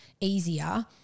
easier